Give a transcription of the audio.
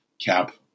cap